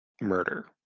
murder